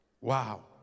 Wow